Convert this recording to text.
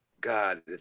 God